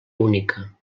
única